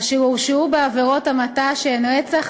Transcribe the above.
אשר הורשעו בעבירות המתה שהן רצח,